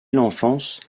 l’enfance